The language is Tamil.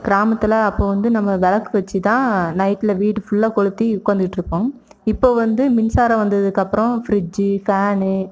கிராமத்தில் அப்போ வந்து நம்ம விளக்கு வச்சு தான் நைட்டில் வீடு ஃபுல்லாக கொளுத்தி உக்காந்திட்டு இருப்போம் இப்போது வந்து மின்சாரம் வந்ததுக்கு அப்றம் ஃபிரிட்ஜி ஃபேனு